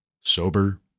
sober